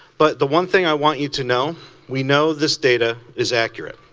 but the one thing i want you to know we know this data is accurate.